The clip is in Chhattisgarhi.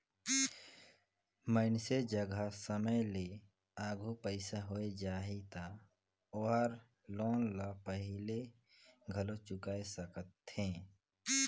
मइनसे जघा समे ले आघु पइसा होय जाही त ओहर लोन ल पहिले घलो चुकाय सकथे